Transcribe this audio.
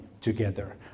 together